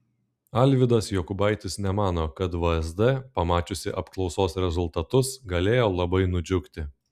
alvydas jokubaitis nemano kad vsd pamačiusi apklausos rezultatus galėjo labai nudžiugti